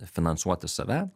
finansuoti save